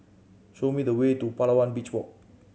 show me the way to Palawan Beach Walk